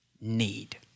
need